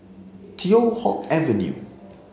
Teow Hock Avenue